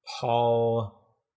paul